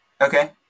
Okay